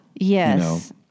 Yes